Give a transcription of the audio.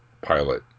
Pilot